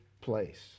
place